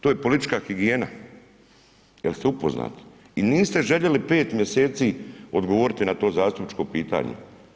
To je politička higijena, jel ste upoznati i niste željeli pet mjeseci odgovoriti na to zastupničko pitanje.